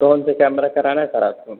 कौन से कैमरा कराना है सर आपको